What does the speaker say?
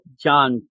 John